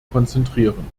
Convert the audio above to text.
konzentrieren